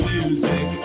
music